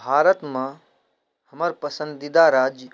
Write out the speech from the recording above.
भारतमे हमर पसन्दीदा राज्य